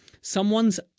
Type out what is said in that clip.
someone's